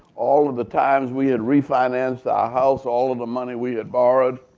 all of the times we had refinanced our house, all of the money we had borrowed,